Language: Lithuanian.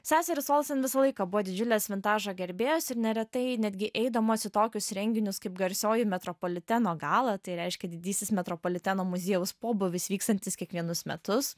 seserys olsen visą laiką buvo didžiulės vintažo gerbėjos ir neretai netgi eidamos į tokius renginius kaip garsioji metropoliteno gala tai reiškia didysis metropoliteno muziejaus pobūvis vykstantis kiekvienus metus